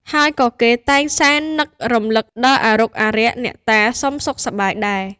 ហើយក៏គេតែងសែននឹករំលឹកដល់អារុក្ខអារក្ស អ្នកតាសុំសុខសប្បាយដែរ។